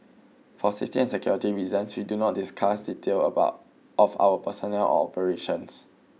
for safety and security reasons we do not discuss details about of our personnel or operations